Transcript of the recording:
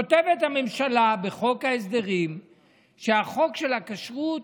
כותבת הממשלה בחוק ההסדרים שהחוק של הכשרות,